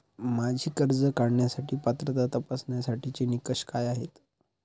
माझी कर्ज काढण्यासाठी पात्रता तपासण्यासाठीचे निकष काय आहेत?